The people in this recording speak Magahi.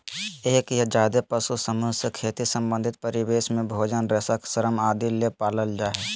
एक या ज्यादे पशु समूह से खेती संबंधित परिवेश में भोजन, रेशा, श्रम आदि ले पालल जा हई